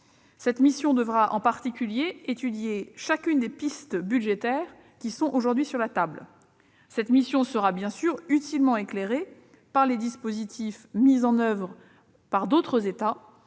Elle devra en particulier étudier chacune des pistes budgétaires qui sont aujourd'hui sur la table. Elle sera bien sûr utilement éclairée par les dispositifs mis en oeuvre par d'autres États.